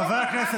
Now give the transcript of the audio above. חבר הכנסת,